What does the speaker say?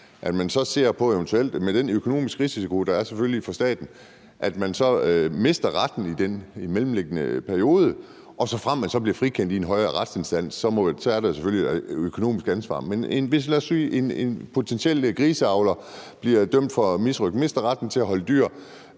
sin mulighed for at anke, så mister retten i den mellemliggende periode? Såfremt man så bliver frikendt ved en højere retsinstans, er der jo selvfølgelig et økonomisk ansvar, men lad os sige, at en griseavler bliver dømt for misrøgt, mister retten til at holde dyr